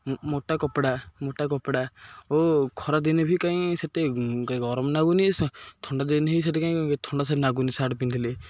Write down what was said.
ମୋଟା କପଡ଼ା ମୋଟା କପଡ଼ା ଓ ଖରା ଦିନେ ବି କାଇଁ ସେତେ ଗରମ ଲାଗୁନି ଥଣ୍ଡା ଦିନ ହିଁ ସେଥି କାଇଁ ଥଣ୍ଡା ସେ ଲାଗୁନି ସାର୍ଟ ପିନ୍ଧିଲି